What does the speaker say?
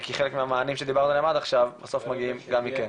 כי חלק מהמענים שדברנו עליהם עד עכשיו בסוף מגיעים גם מכם.